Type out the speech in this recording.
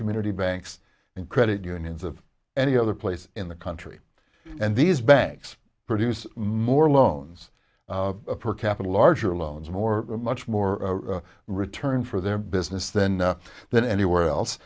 community banks and credit unions of any other place in the country and these banks produce more loans per capita larger loans more much more return for their business then than anywhere else